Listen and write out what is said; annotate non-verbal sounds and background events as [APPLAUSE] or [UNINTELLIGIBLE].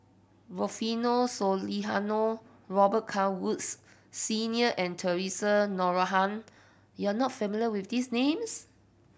Rufino [UNINTELLIGIBLE] Robet Carr Woods Senior and Theresa Noronha you are not familiar with these names